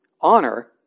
Honor